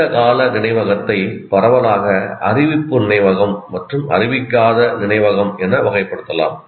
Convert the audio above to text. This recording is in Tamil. நீண்ட கால நினைவகத்தை பரவலாக அறிவிப்பு நினைவகம் மற்றும் அறிவிக்காத நினைவகம் என வகைப்படுத்தலாம்